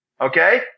Okay